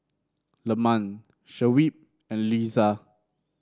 Leman Shuib and Lisa